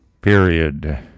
Period